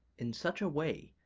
in such a way,